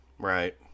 Right